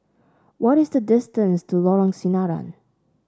what is the distance to Lorong Sinaran